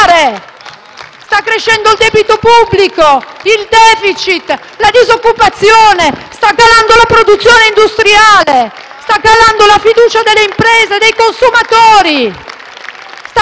Sta crescendo il debito pubblico, il *deficit*, la disoccupazione; sta calando la produzione industriale, la fiducia delle imprese e dei consumatori,